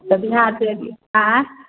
तऽ बिहारसँ अएलिए अँए